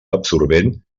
absorbent